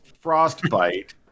frostbite